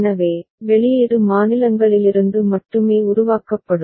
எனவே வெளியீடு மாநிலங்களிலிருந்து மட்டுமே உருவாக்கப்படும்